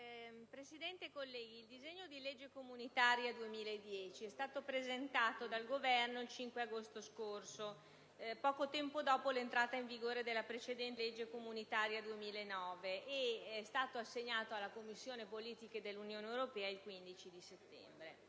Presidente, onorevoli colleghi, il disegno di legge comunitaria 2010 è stato presentato dal Governo il 5 agosto scorso, poco tempo dopo l'entrata in vigore della precedente legge comunitaria 2009, ed è stato assegnato alla Commissione politiche dell'Unione europea il 15 settembre.